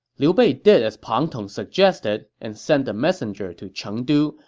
liu bei did as pang tong suggested, and sent a messenger to chengdu,